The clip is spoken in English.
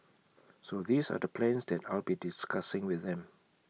so these are the plans that I'll be discussing with them